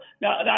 Now